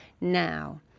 now